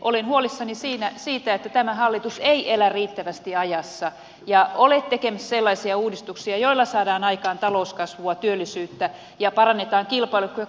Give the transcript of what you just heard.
olen huolissani siitä että tämä hallitus ei elä riittävästi ajassa ja ole tekemässä sellaisia uudistuksia joilla saadaan aikaan talouskasvua työllisyyttä ja parannetaan kilpailukykyä